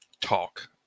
talk